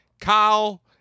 Kyle